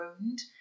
wound